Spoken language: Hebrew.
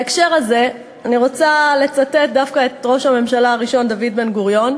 בהקשר הזה אני רוצה לצטט דווקא את ראש הממשלה הראשון דוד בן-גוריון,